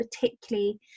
particularly